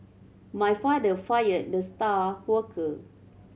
my father fired the star worker